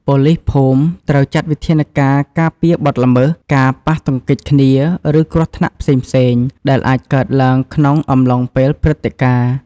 ប៉ូលីសភូមិត្រូវចាត់វិធានការការពារបទល្មើស ការប៉ះទង្គិចគ្នា ឬគ្រោះថ្នាក់ផ្សេងៗ ដែលអាចកើតឡើងក្នុងអំឡុងពេលព្រឹត្តិការណ៍។